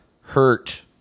hurt